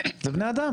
זה בני אדם